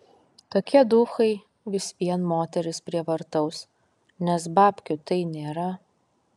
tokie duchai vis vien moteris prievartaus nes babkių tai nėra